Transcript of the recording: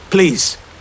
Please